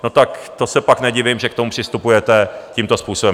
Tak to se pak nedivím, že k tomu přistupujete tímto způsobem!